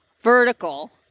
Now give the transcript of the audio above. vertical